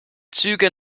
züge